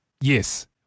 Yes